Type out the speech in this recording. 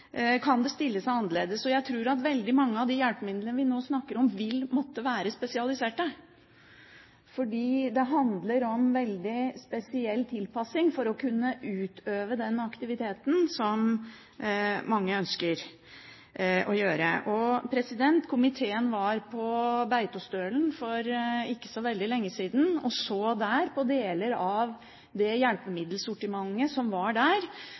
kan det stille seg annerledes, og jeg tror at veldig mange av de hjelpemidlene vi nå snakker om, vil måtte være spesialiserte, fordi det handler om veldig spesiell tilpassing for å kunne utøve den aktiviteten man ønsker. Komiteen var på Beitostølen for ikke så veldig lenge siden og så på deler av det hjelpemiddelsortimentet som var der,